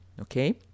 Okay